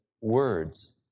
words